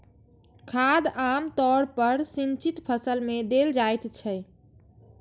खाद आम तौर पर सिंचित फसल मे देल जाइत छै